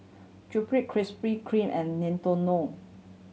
Sunplay Krispy Kreme and Nintendo